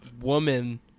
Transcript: woman